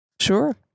Sure